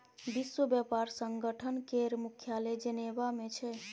विश्व बेपार संगठन केर मुख्यालय जेनेबा मे छै